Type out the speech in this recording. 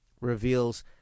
reveals